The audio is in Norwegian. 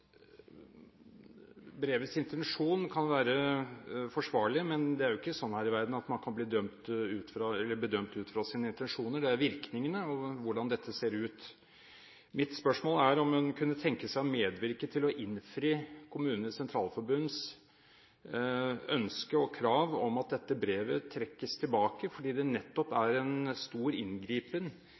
brevets intensjon kan være forsvarlig. Men det er jo ikke sånn her i verden at man kan bli bedømt ut fra sine intensjoner – det er ut fra virkningene og hvordan dette ser ut. Mitt spørsmål er: Kunne hun tenke seg å medvirke til å innfri Kommunenes Sentralforbunds ønske og krav om at dette brevet trekkes tilbake, fordi det nettopp er en stor inngripen